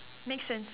make sense